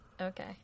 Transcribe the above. Okay